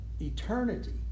eternity